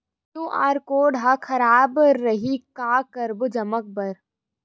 QR code हा खराब रही का करबो जमा बर?